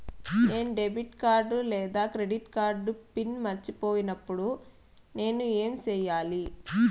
నేను debit card లేదా credit card pin మర్చిపోయినప్పుడు నేను ఏమి సెయ్యాలి?